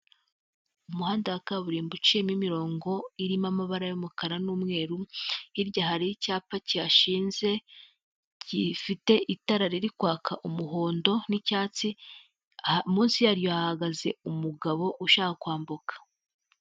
Umuhanda wa kaburimbo uciyemo imirongo irimo amabara y'umukara n'umweru, hirya hari icyapa kihashinze gifite itara riri kwaka umuhondo n'icyatsi; munsi ya ryo hahagaze umugabo ushaka kwambuka.